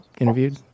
interviewed